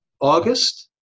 August